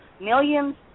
millions